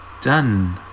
done